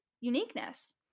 uniqueness